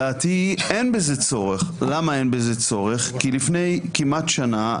דעתי היא אין שבזה צורך כי לפני כמעט שנה,